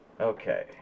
Okay